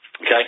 Okay